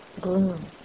gloom